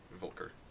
Volker